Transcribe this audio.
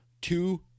two